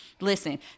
listen